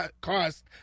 cost